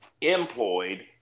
employed